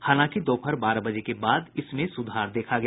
हालांकि दोपहर बारह बजे के बाद इसमें सुधार देखा गया